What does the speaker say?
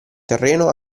terreno